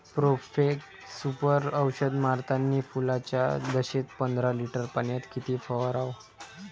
Profex Super औषध मारतानी फुलाच्या दशेत पंदरा लिटर पाण्यात किती फवाराव?